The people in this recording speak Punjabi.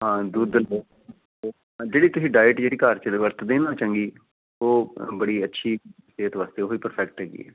ਹਾਂ ਦੁੱਧ ਜਿਹੜੀ ਤੁਸੀਂ ਡਾਇਟ ਜਿਹੜੀ ਘਰ 'ਚ ਵਰਤਦੇ ਨਾ ਚੰਗੀ ਉਹ ਬੜੀ ਅੱਛੀ ਸਿਹਤ ਵਾਸਤੇ ਉਹ ਹੀ ਪ੍ਰਫੈਕਟ ਹੈਗੀ ਹੈ